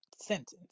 sentence